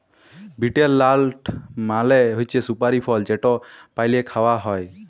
betel লাট মালে হছে সুপারি ফল যেট পালে খাউয়া হ্যয়